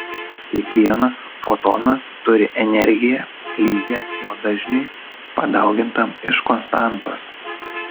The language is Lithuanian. kiekvienas fotonas turi energiją lygią jo dažniui padaugintam iš konstantos